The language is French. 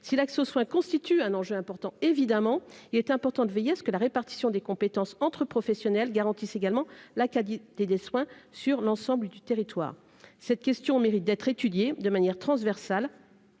si l'accès aux soins constitue un enjeu important, évidemment, il est important de veiller à ce que la répartition des compétences entre professionnels garantissent également la qualité des des soins sur l'ensemble du territoire cette question mérite d'être étudiée de manière transversale